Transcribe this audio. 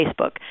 Facebook